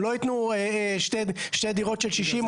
הם לא יתנו שתי דירות של 60,